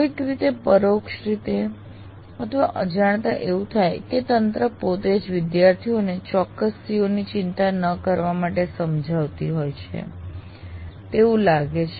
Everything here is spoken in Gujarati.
કોઈક રીતે પરોક્ષ રીતે અથવા અજાણતા એવું થાય છે કે તંત્ર પોતે જ વિદ્યાર્થીઓને ચોક્કસ CO ની ચિંતા ન કરવા માટે સમજાવતી હોય તેવું લાગે છે